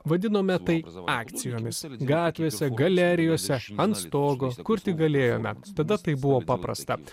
vadinome tai akcijomis gatvėse galerijose ant stogo kur tik galėjome tada tai buvo paprasta